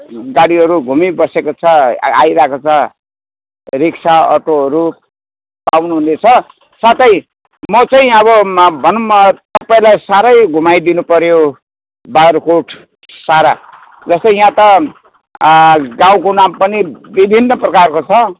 गाडीहरू घुमिबसेको छ आइरहेको छ रिक्सा अटोहरू आउनु हुँदैछ साथै म चाहिँ अब भनौँ तपाईँलाई साह्रै घुमाइदिनु पर्यो बाग्राकोट सारा जस्तै यहाँ त गाउँको नाम पनि विभिन्न प्रकारको छ